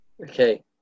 Okay